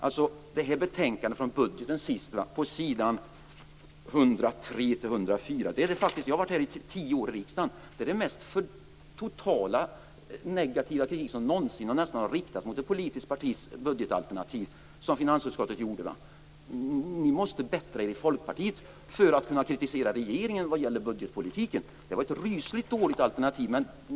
I det betänkande där budgeten behandlades finns på s. 103-104 den mest negativa kritik som jag under mina tio år i riksdagen någonsin har sett från finansutskottet av ett politiskt partis budgetalternativ. Ni måste bättra er i Folkpartiet för att kunna kritisera regeringen vad gäller budgetpolitiken. Det var ett rysligt dåligt alternativ.